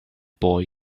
boy